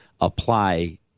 apply